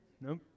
Nope